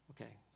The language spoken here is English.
Okay